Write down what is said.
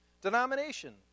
Denomination